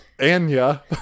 Anya